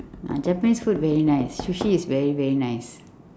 ah Japan food very nice sushi is very very nice